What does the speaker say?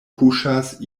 kuŝas